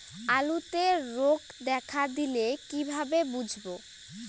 আলুতে রোগ দেখা দিলে কিভাবে বুঝবো?